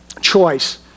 choice